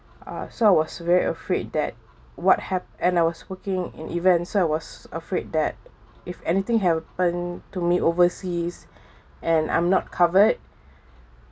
uh so I was very afraid that what hap~ and I was working in events so I was afraid that if anything happened to me overseas and I'm not covered